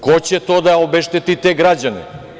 Ko će da obešteti te građane?